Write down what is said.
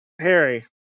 Harry